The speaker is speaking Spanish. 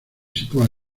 sitúa